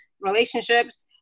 relationships